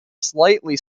slightly